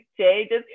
changes